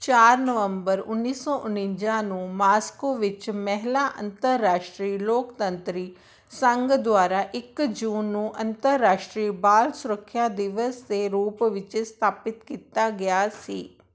ਚਾਰ ਨਵੰਬਰ ਉੱਨੀ ਸੌ ਉਣੰਜਾ ਨੂੰ ਮਾਸਕੋ ਵਿੱਚ ਮਹਿਲਾ ਅੰਤਰਰਾਸ਼ਟਰੀ ਲੋਕਤੰਤਰੀ ਸੰਘ ਦੁਆਰਾ ਇੱਕ ਜੂਨ ਨੂੰ ਅੰਤਰਰਾਸ਼ਟਰੀ ਬਾਲ ਸੁਰੱਖਿਆ ਦਿਵਸ ਦੇ ਰੂਪ ਵਿੱਚ ਸਥਾਪਿਤ ਕੀਤਾ ਗਿਆ ਸੀ